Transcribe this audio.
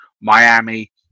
Miami